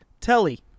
Telly